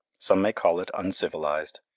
some may call it uncivilized.